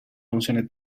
funcione